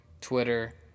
Twitter